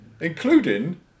including